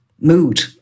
mood